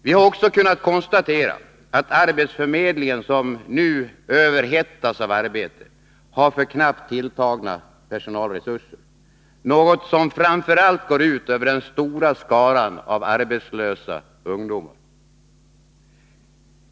Vi har också kunnat konstatera att arbetsförmedlingen, som nu överhettas av arbete, har för knappt tilltagna personalresurser, något som framför allt går ut över den stora skaran av arbetslösa ungdomar.